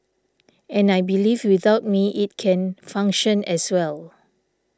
and I believe without me it can function as well